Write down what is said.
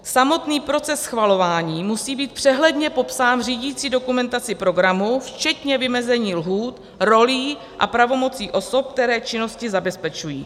Samotný proces schvalování musí být přehledně popsán řídicí dokumentaci programu, včetně vymezení lhůt, rolí a pravomocí osob, které činnosti zabezpečují.